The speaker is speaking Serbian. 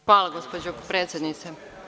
Hvala, gospođo predsednice.